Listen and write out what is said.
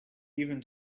even